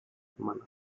semanas